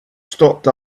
stopped